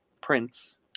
Prince